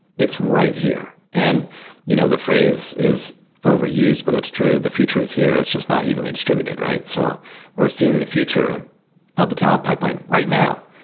it's right here, and you know the phrase is overused, but it's true. the future is here. it's just not evenly distributed. so we're seeing the future of the town pipeline right now,